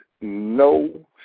no